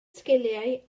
sgiliau